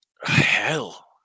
Hell